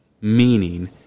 Meaning